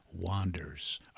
wanders